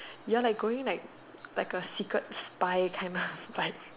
you are like going like like a secret spy kind but